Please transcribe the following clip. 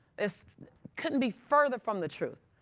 this couldn't be further from the truth.